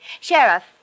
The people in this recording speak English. Sheriff